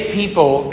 people